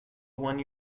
one